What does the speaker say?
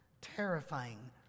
terrifying